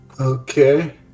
Okay